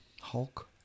Hulk